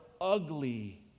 ugly